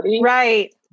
Right